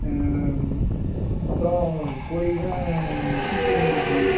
அப்புறம் கோழிக்குலாம் சீக்கு வந்திருக்கு